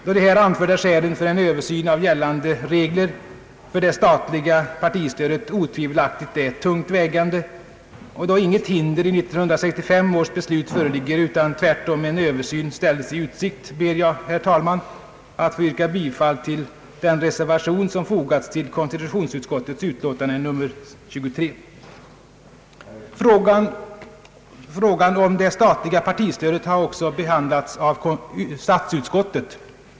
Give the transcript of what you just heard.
Då de här anförda skälen för en översyn av gällande regler för det statliga partistödet otvivelaktigt är tungt vägande och då intet hinder i 1965 års beslut föreligger utan tvärtom en översyn ställdes i utsikt ber jag, herr talman, att få yrka bifall till den reservation som fogats till konstitutionsutskottets utlåtande nr 23. Frågan om det statliga partistödet har också behandlats av statsutskottet.